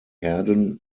herden